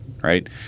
right